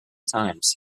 times